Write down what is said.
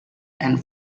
and